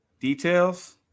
Details